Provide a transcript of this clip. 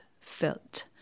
felt